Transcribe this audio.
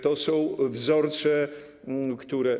To są wzorce które.